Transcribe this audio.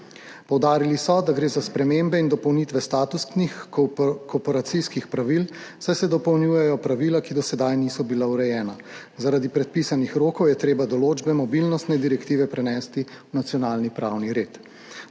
Poudarili so, da gre za spremembe in dopolnitve statusnih korporacijskih pravil, saj se dopolnjujejo pravila, ki do sedaj niso bila urejena. Zaradi predpisanih rokov je treba določbe mobilnostne direktive prenesti v nacionalni pravni red.